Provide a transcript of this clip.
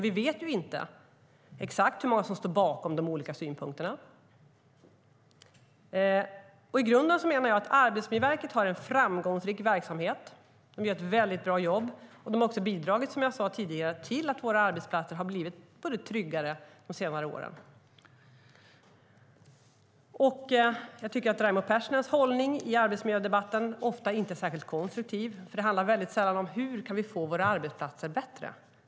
Vi vet ju inte exakt hur många som står bakom de olika synpunkterna. I grunden menar jag att Arbetsmiljöverket har en framgångsrik verksamhet. De gör ett väldigt bra jobb. De har också bidragit, som jag sade tidigare, till att våra arbetsplatser har blivit tryggare under senare år. Jag tycker ofta att Raimo Pärssinens hållning i arbetsmiljödebatten inte är särskilt konstruktiv. Det handlar väldigt sällan om hur vi kan får våra arbetsplatser bättre.